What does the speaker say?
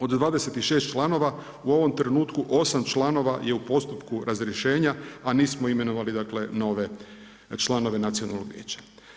Od 26 članova, u ovom trenutku 8 članova je u postupku razrješenja a nismo imenovali dakle, nove članove Nacionalnog vijeća.